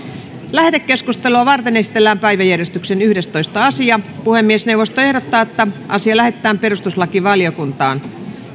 lähetekeskustelua varten esitellään päiväjärjestyksen yhdestoista asia puhemiesneuvosto ehdottaa että asia lähetetään perustuslakivaliokuntaan